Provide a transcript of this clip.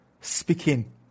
speaking